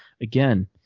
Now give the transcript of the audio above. again